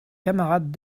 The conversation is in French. camarades